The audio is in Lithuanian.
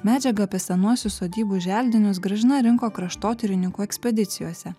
medžiagą apie senuosius sodybų želdinius gražina rinko kraštotyrininkų ekspedicijose